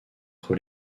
entre